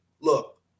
look